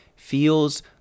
feels